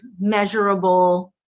measurable